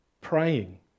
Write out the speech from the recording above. praying